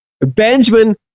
Benjamin